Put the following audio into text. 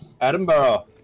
Edinburgh